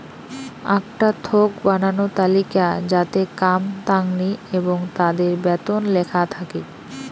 আকটা থোক বানানো তালিকা যাতে কাম তাঙনি এবং তাদের বেতন লেখা থাকি